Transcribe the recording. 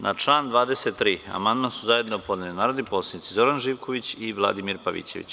Na član 23. amandman su zajedno podneli narodni poslanici Zoran Živković i Vladimir Pavićević.